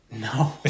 No